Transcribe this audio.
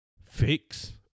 fix